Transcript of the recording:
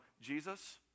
Jesus